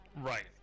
Right